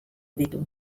ditu